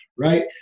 right